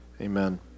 Amen